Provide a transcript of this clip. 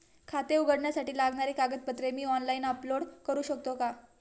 खाते उघडण्यासाठी लागणारी कागदपत्रे मी ऑनलाइन अपलोड करू शकतो का?